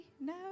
No